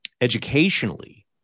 educationally